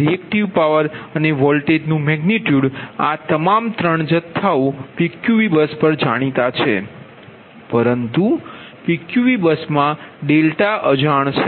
reactive power અને વોલ્ટેજનુ magnitude આ તમામ 3 જથ્થાઓ PQV બસ પર જાણીતા છે પરંતુ PQV બસમાં ડેલ્ટા અજાણ છે